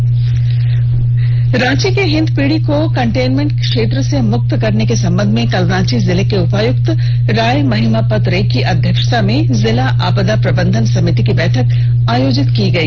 Ranchi special story Ranchi के हिन्दपीढ़ी को containment क्षेत्र से मुक्त करने के संबंध में कल रांची जिले के उपायुक्त राय महिमापत रे की अध्यक्षता में जिला आपदा प्रबंधन समिति की बैठक आयोजित की गई